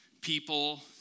people